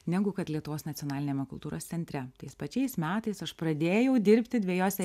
negu kad lietuvos nacionaliniame kultūros centre tais pačiais metais aš pradėjau dirbti dvejose